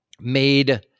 made